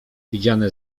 widziane